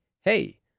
hey